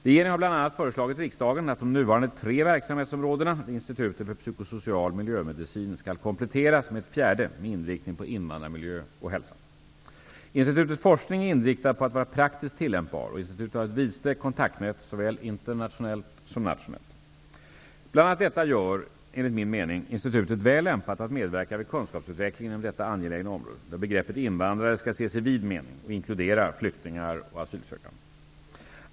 Regeringen har bl.a. föreslagit riksdagen att de nuvarande tre verksamhetsområdena vid Institutet för psykosocial miljömedicin skall kompletteras med ett fjärde, med inriktning på invandrarmiljö och hälsa. Institutets forskning är inriktad på att vara praktiskt tillämpbar, och institutet har ett vidsträckt kontaktnät såväl internationellt som nationellt. Bl.a. detta gör, enligt min mening, institutet väl lämpat att medverka vid kunskapsutvecklingen inom detta angelägna område, där begreppet invandrare skall ses i vid mening och inkludera flyktingar och asylsökande.